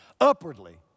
Upwardly